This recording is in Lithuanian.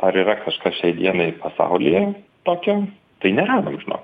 ar yra kažkas šiai dienai pasaulyje tokio tai neradom žinok